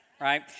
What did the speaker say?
Right